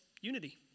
unity